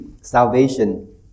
salvation